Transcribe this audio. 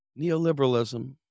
neoliberalism